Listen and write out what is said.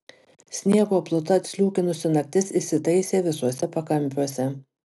sniego pluta atsliūkinusi naktis įsitaisė visuose pakampiuose